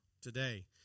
today